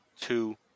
two